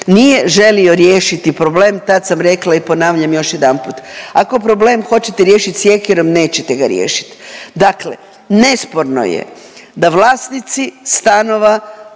nije želio riješiti problem, tad sam rekla i ponavljam još jedanput. Ako problem hoćete riješit sjekirom, nećete ga riješiti. Dakle, nesporno je da vlasnici stanova